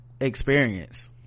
experience